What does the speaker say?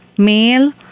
Male